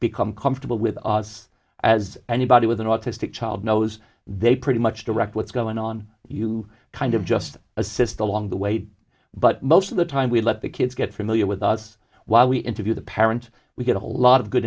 become comfortable with us as anybody with an autistic child knows they pretty much direct what's going on you kind of just assist a long the way but most of the time we let the kids get familiar with us while we interview the parents we get a whole lot of good